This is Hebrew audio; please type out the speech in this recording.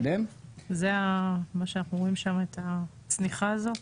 זה מה שאנחנו רואים שם את הצניחה הזאת?